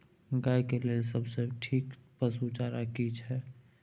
गाय के लेल सबसे ठीक पसु चारा की छै?